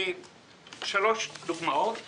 שלוש דוגמאות.